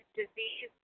disease